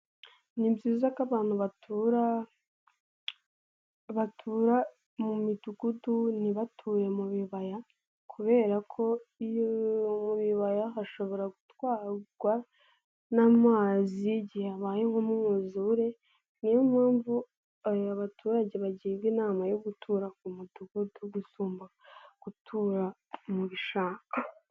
Ni byiza ko abantu batura batura mu midugudu ntibature mu bibaya, kubera ko mu bibaya hashobora gutwarwa n'amazi igihe abaye nk'umwuzure, niyo mpamvu abaturage bagirwa inama yo gutura ku mudugudu gusumba gutura mu bishanga.